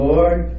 Lord